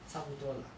差不多 lah